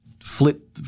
flip